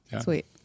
Sweet